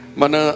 mana